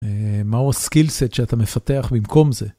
מהו סקילס-סט שאתה מפתח במקום זה.